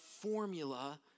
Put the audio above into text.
formula